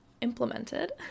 implemented